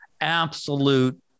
absolute